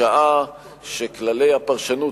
משעה שכללי הפרשנות,